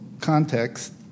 context